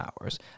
hours